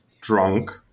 drunk